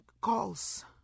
calls